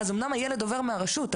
אומנם הילד עובר מהרשות,